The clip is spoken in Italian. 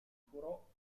curò